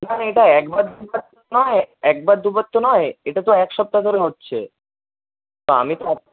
না না এটা একবার দুবার তো নয় একবার দুবার তো নয় এটা তো এক সপ্তাহ ধরে হচ্ছে তো আমি তো